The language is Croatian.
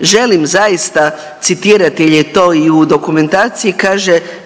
Želim zaista citirati jel je to i u dokumentaciji kaže